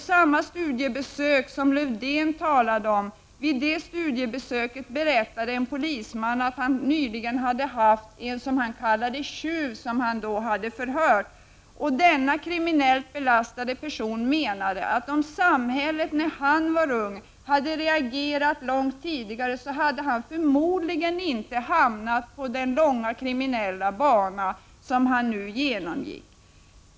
Vid samma studiebesök som Lövdén talade om berättade en polisman att han nyligen hade förhört en ”tjuv”. Denna kriminellt belastade person menade att om samhället när han var ung hade reagerat långt tidigare hade han förmodligen inte hamnat på den långa kriminella bana som han nu var inne på.